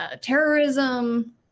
terrorism